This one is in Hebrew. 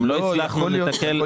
אם לא הצלחנו לתקן --- לא,